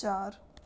ਚਾਰ